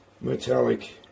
metallic